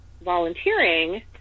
volunteering